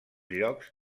llocs